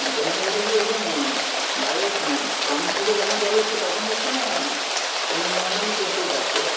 আচ্ছা মানে ওটা কি একদম ডায়রেক্ট পাম্প থেকে যখন জল উঠছে তখন হচ্ছে না এমনি নর্ম্যালি পড়তেই থাকছে